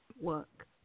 work